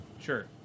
Sure